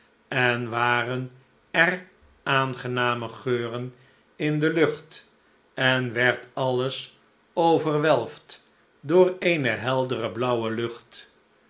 en waren er aangename geuren in de lucht en werd alles overwelfd door eene heldere blauwe lucht